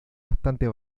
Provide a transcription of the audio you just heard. bastante